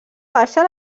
baixa